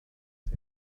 der